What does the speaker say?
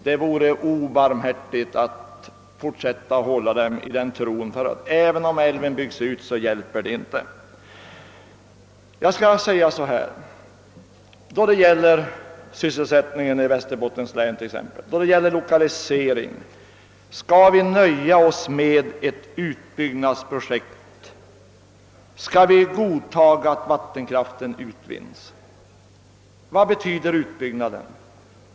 Det vore obarmhärtigt att fortsätta att hålla dem i den tron, ty även om älven byggs ut hjälper det inte. Skall vi då det gäller sysselsättning, t.ex. i Västerbottens län, och då det gäller lokalisering nöja oss med ett utbyggnadsprojekt? Skall vi godtaga att vattenkraften utvinns? Vad betyder utbyggnaden?